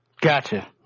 Gotcha